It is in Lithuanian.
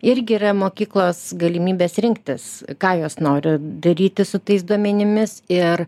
irgi yra mokyklos galimybės rinktis ką jos nori daryti su tais duomenimis ir